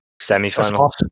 Semi-final